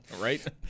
right